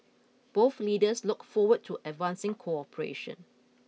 both leaders look forward to advancing cooperation